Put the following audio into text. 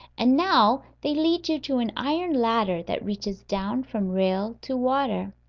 and now they lead you to an iron ladder that reaches down from rail to water.